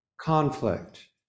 conflict